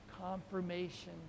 confirmation